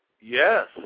Yes